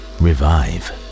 revive